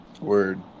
Word